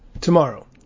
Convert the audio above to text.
tomorrow